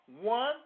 One